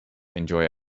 enjoy